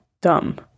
dumb